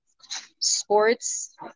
sports